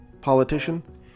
politician